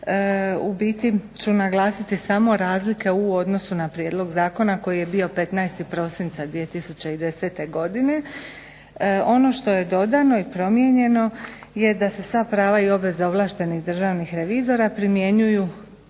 U biti ću naglasiti samo razlike u odnosu na prijedlog zakona koji je bio 15. prosinca 2010. godine. Ono što je dodano i promijenjeno je da se sva prava i obveze ovlaštenih državnih revizora primjenjuju,